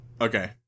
okay